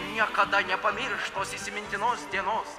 niekada nepamirš tos įsimintinos dienos